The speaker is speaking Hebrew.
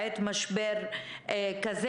בעת משבר כזה.